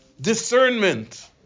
discernment